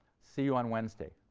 see you on wednesday.